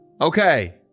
Okay